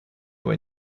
when